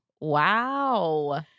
Wow